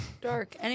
dark